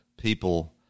people